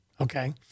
Okay